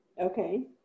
Okay